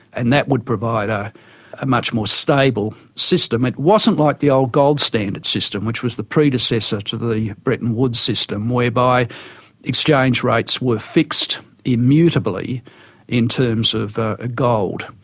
and that would provide a ah much more stable system. it wasn't like the old gold standard system, which was the predecessor to the bretton woods system, whereby exchange rates were fixed immutably in terms of gold.